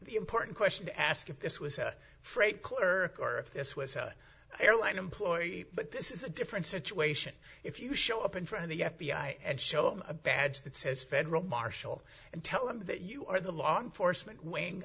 the important question to ask if this was a freight clerk or if this was an airline employee but this is a different situation if you show up in front of the f b i and show them a badge that says federal marshal and tell them that you are the law enforcement wing